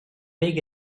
make